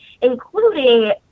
including